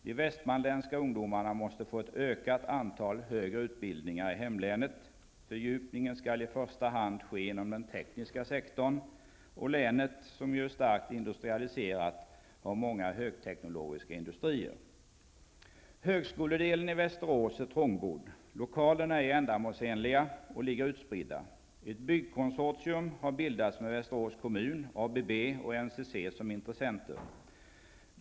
De västmanländska ungdomarna måste få ett ökat antal högre utbildningar i hemlänet. Fördjupningen skall i första hand ske inom den tekniska sektorn. Länet är ju starkt industrialiserat, med många högteknologiska industrier. Högskoledelen i Västerås är trångbodd, lokalerna är ej ändamålsenliga och ligger utspridda. Ett byggkonsortium har bildats med Västerås kommun, ABB och NCC som intressenter.